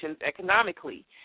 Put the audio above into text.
economically